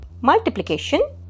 multiplication